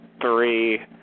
three